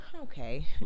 Okay